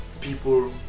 people